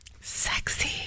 sexy